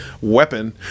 weapon